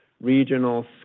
regional